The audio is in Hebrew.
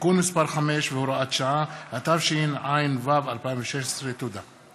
(תיקון מס' 5 והוראת שעה), התשע"ו 2016. תודה.